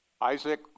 Isaac